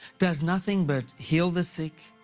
does nothing but heal the sick,